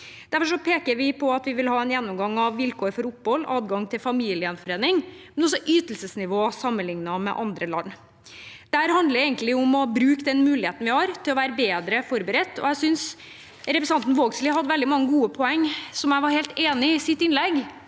Derfor peker vi på at vi vil ha en gjennomgang av vilkår for opphold og adgang til familiegjenforening, men også ytelsesnivå sammenliknet med andre land. Dette handler egentlig om å bruke den muligheten vi har til å være bedre forberedt. Jeg synes representanten Vågslid har veldig mange gode poeng i sitt innlegg